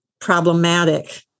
problematic